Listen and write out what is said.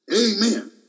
Amen